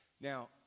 Now